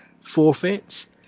forfeits